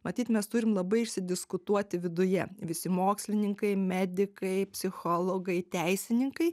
matyt mes turim labai išsidiskutuoti viduje visi mokslininkai medikai psichologai teisininkai